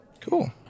Cool